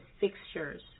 fixtures